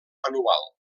anual